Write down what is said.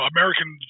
American